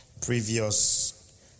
previous